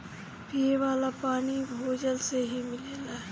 पिये वाला पानी भूजल से ही मिलेला